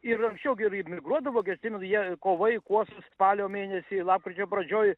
ir anksčiau gi ir migruodavo gi atsimenu jie kovai kuosos spalio mėnesį lapkričio pradžioj